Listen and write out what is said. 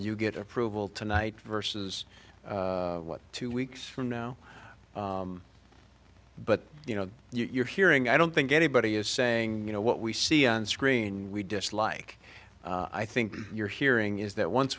you get approval tonight versus what two weeks from now but you know you're hearing i don't think anybody is saying you know what we see on screen we dislike i think you're hearing is that once